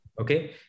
Okay